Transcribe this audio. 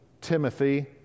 Timothy